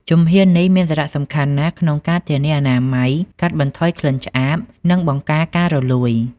ជំហាននេះមានសារៈសំខាន់ណាស់ក្នុងការធានាអនាម័យ កាត់បន្ថយក្លិនឆ្អាប និងបង្ការការរលួយ។